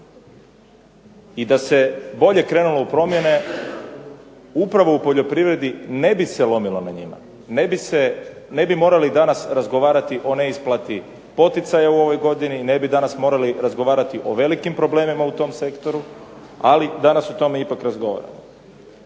i da se bolje krenulo u promjene upravo u poljoprivredi ne bi se lomilo na njima. Ne bi morali danas razgovarati o neisplati poticaja u ovoj godini, ne bi danas morali razgovarati o velikim problemima u tom sektoru, ali danas o tome ipak razgovaramo.